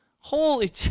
Holy